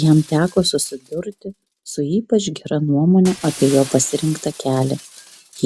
jam teko susidurti su ypač gera nuomone apie jo pasirinktą kelią